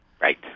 Right